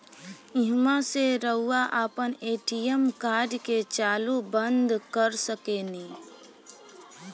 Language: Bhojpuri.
ईहवा से रऊआ आपन ए.टी.एम कार्ड के चालू बंद कर सकेनी